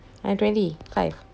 I'm twenty five